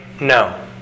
no